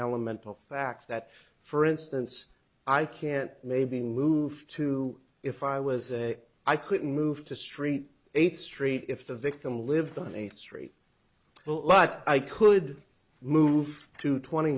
element of fact that for instance i can't maybe move to if i was i couldn't move to st eighth street if the victim lived on a street well i could move to twenty